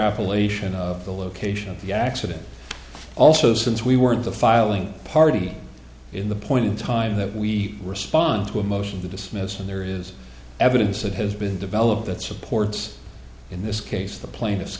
on of the location of the accident also since we weren't the filing party in the point in time that we respond to a motion to dismiss and there is evidence that has been developed that supports in this case the plaintiff